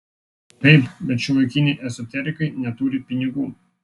taip bet šiuolaikiniai ezoterikai neturi pinigų